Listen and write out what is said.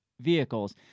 vehicles